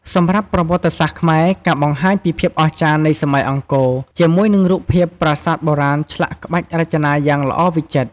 សម្រាប់ប្រវត្តិសាស្ត្រខ្មែរ ការបង្ហាញពីភាពអស្ចារ្យនៃសម័យអង្គរ ជាមួយនឹងរូបភាពប្រាសាទបុរាណឆ្លាក់ក្បាច់រចនាយ៉ាងល្អវិចិត្រ។